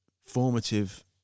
formative